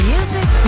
Music